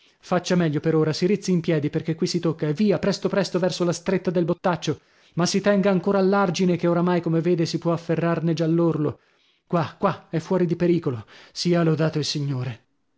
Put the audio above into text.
faccia meglio per ora si rizzi in piedi perchè qui si tocca e via presto presto verso la stretta del bottaccio ma si tenga ancora all'argine che oramai come vede si può afferrarne già l'orlo qua qua è fuori di pericolo sia lodato il signore